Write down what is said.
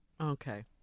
Okay